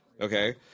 Okay